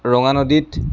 ৰঙা নদীত